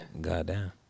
Goddamn